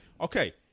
Okay